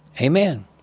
Amen